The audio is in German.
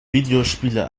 videospiele